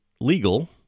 legal